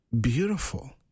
beautiful